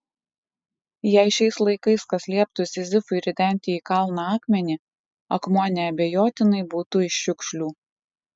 jei šiais laikais kas lieptų sizifui ridenti į kalną akmenį akmuo neabejotinai būtų iš šiukšlių